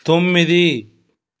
తొమ్మిది